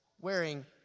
wearing